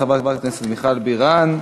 תודה רבה לחברת הכנסת מיכל בירן.